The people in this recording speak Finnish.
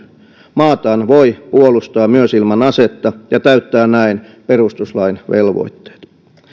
maataan voi puolustaa myös ilman asetta ja täyttää näin perustuslain velvoitteet